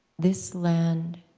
this land